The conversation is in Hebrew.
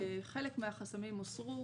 חלק מהחסמים הוסרו.